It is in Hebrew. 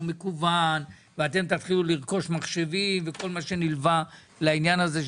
מקוון ואתם תתחילו לרכוש מחשבים וכל מה שנלווה לעניין הזה,